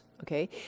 Okay